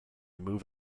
move